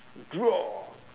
draw